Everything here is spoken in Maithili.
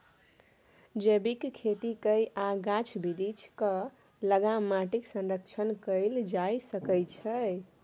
जैबिक खेती कए आ गाछ बिरीछ केँ लगा माटिक संरक्षण कएल जा सकै छै